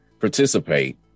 participate